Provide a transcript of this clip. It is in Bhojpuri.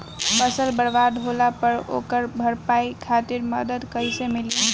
फसल बर्बाद होला पर ओकर भरपाई खातिर मदद कइसे मिली?